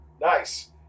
Nice